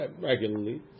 regularly